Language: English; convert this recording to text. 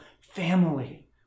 family